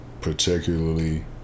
particularly